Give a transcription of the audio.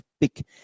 big